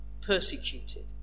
persecuted